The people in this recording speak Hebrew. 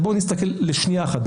בואו נסתכל לשנייה אחת.